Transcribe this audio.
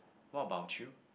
what about you